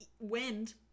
Wind